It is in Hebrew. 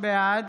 בעד